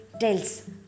tells